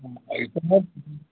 ई कहब